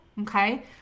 okay